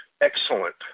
Excellent